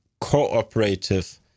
cooperative